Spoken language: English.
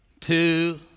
Two